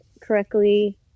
correctly